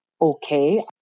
okay